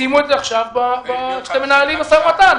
שימו את זה עכשיו כשאתם מנהלים משא ומתן.